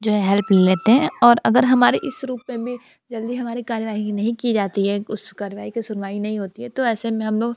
जो है हेल्प लेते हैं और अगर हमारे इस रूप में भी जल्दी हमारी कारवाई नहीं की जाती है उस कारवाई की सुनवाई नहीं होती है तो ऐसे में हम लोग